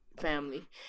family